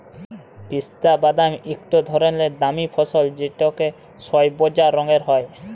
পিস্তা বাদাম ইকট ধরলের দামি ফসল যেট সইবজা রঙের হ্যয়